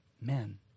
men